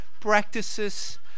practices